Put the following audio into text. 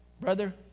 brother